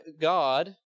God